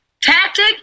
tactic